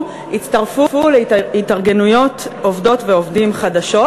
הצטרפו להתארגנויות עובדות ועובדים חדשים,